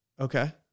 Okay